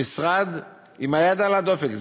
המשרד עם היד על הדופק.